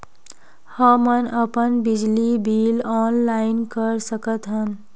हमन अपन बिजली बिल ऑनलाइन कर सकत हन?